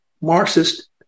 Marxist